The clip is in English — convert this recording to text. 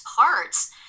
parts